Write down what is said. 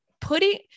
putting